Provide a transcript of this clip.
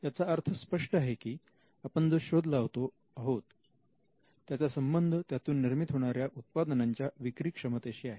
याचा अर्थ स्पष्ट आहे की आपण जो शोध लावतो आहोत त्याचा संबंध त्यातून निर्मित होणाऱ्या उत्पादनांच्या विक्री क्षमतेशी आहे